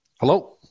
Hello